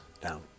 down